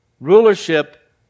Rulership